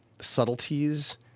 subtleties